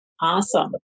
Awesome